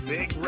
Big